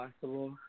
possible